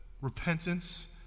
repentance